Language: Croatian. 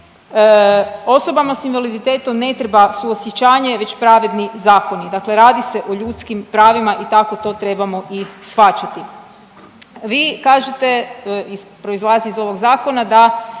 osobama s invaliditetom ne treba suosjećanje već pravedni zakoni. Dakle radi se o ljudskim pravima i tako to trebamo i shvaćati. Vi kažete, proizlazi iz ovog Zakona da